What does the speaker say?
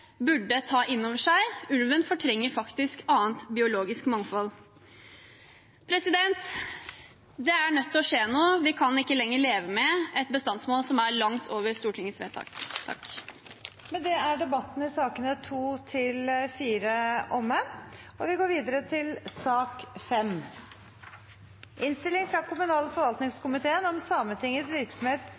burde ta inn over seg. Ulven fortrenger faktisk annet biologisk mangfold. Det er nødt til å skje noe. Vi kan ikke lenger leve med en bestand som er langt over Stortingets vedtak. Flere har ikke bedt om ordet til sakene nr. 2–4. Etter ønske fra kommunal- og forvaltningskomiteen